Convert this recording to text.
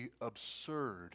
absurd